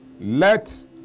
Let